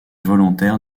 volontaires